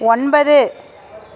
ஒன்பது